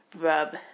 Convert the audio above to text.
rub